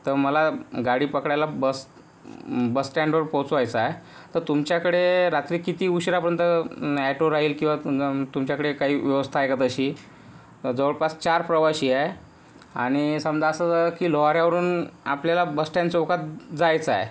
तर मला गाडी पकडायला बस बस स्टॅन्डवर पोचवायचं आहे तर तुमच्याकडे रात्री किती उशिरापर्यंत ॲटो राहील किंवा तुमच्याकडे काही व्यवस्था आहे का तशी जवळपास चार प्रवासी आहे आणि समजा असं की लोहाऱ्यावरून आपल्याला बस स्टॅन्ड चौकात जायचं आहे